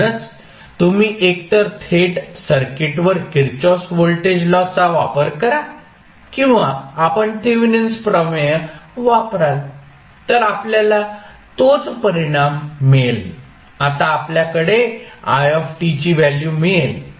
म्हणूनच तुम्ही एकतर थेट सर्किटवर किर्चहॉफ व्होल्टेज लॉ चा वापर करा किंवा आपण थेवेनिन प्रमेय वापराल तर आपल्याला तोच परिणाम मिळेल आता आपल्याकडे i ची व्हॅल्यू मिळेल